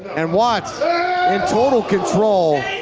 and watts in total control.